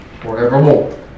forevermore